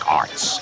arts